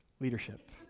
leadership